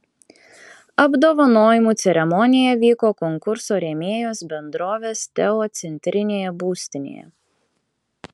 apdovanojimų ceremonija vyko konkurso rėmėjos bendrovės teo centrinėje būstinėje